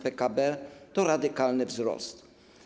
PKB to radykalny wzrost.